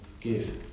give